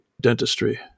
dentistry